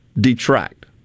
detract